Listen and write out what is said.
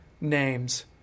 names